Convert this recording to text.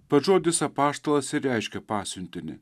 pats žodis apaštalas ir reiškia pasiuntinį